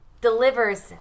delivers